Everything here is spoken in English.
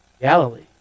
Galilee